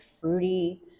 fruity